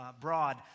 broad